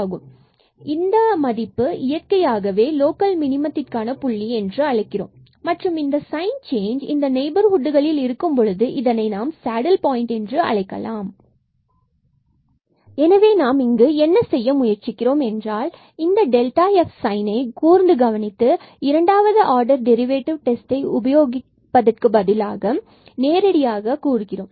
ஆனால் இதை நாம் இயற்கையாகவே லோக்கல் மினிமத்திற்கான புள்ளி என்று அழைக்கிறோம் மற்றும் இந்த சைன் சேஞ்ச் இந்த நெய்பர்ஹுட்களில் இருக்கும் பொழுது இதனை நாம் சேடில் பாயின்ட் என்று அழைக்கலாம் எனவே நாம் இங்கு நாம் என்ன செய்ய முயற்சிக்கின்றோம் என்றால் இந்த f சைன் கூர்ந்து கவனித்து இரண்டாவது ஆர்டர் டெரிவேட்டிவ் டெஸ்ட்டை உபயோகிப்பதற்கு பதிலாக நேரடியாக கூறுகிறோம்